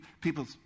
people